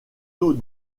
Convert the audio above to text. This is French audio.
taux